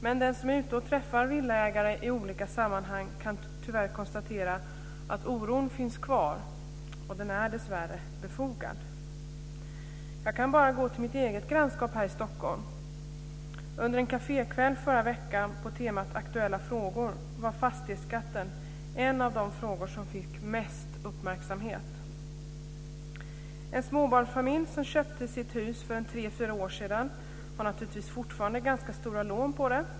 Men den som är ute och träffar villaägare i olika sammanhang kan tyvärr konstatera att oron finns kvar och den är dessvärre befogad. Jag kan bara gå till mitt eget grannskap här i Stockholm. Under en kafékväll i förra veckan på temat Aktuella frågor var fastighetsskatten en av de frågor som fick mest uppmärksamhet. En småbarnsfamilj som köpte sitt hus för tre fyra år sedan har naturligtvis fortfarande ganska stora lån på det.